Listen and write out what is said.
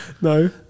No